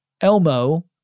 Elmo